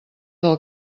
del